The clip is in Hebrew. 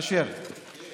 אשר, כן?